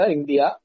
India